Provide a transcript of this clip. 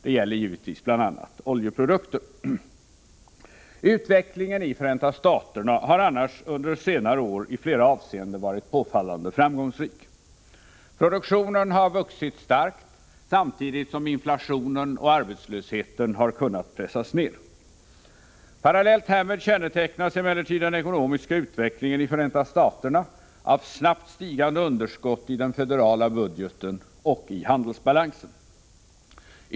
Det gäller givetvis bl.a. oljeprodukter. Utvecklingen i Förenta staterna har annars under senare år i flera avseenden varit påfallande framgångsrik. Produktionen har vuxit starkt samtidigt som inflationen och arbetslösheten har kunnat pressas ner. Parallellt härmed kännetecknas emellertid den ekonomiska utvecklingen i Förenta staterna av snabbt stigande underskott i den federala budgeten och i handelsbalansen.